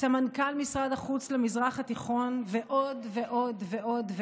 סמנכ"ל משרד החוץ למשרד התיכון ועוד ועוד ועוד,